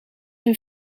een